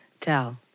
tell